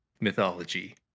mythology